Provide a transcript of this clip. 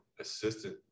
assistant